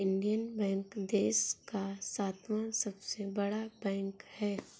Indian bank देश का सातवां सबसे बड़ा बैंक है